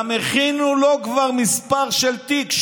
גם הכינו לו כבר מספר של תיק,